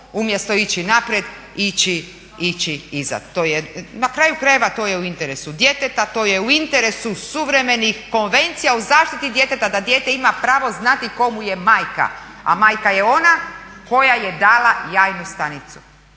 umjesto ići naprijed ići iza. To je, na kraju krajeva to je u interesu djeteta, to je u interesu konvencija o zaštiti djeteta da dijete ima pravo znati tko mu je majka. A majka je o na koja je dala jajnu stanicu,